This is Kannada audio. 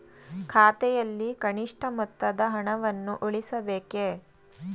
ಖಾತೆಯಲ್ಲಿ ಕನಿಷ್ಠ ಮೊತ್ತದ ಹಣವನ್ನು ಉಳಿಸಬೇಕೇ?